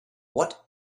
what